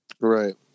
Right